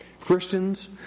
Christians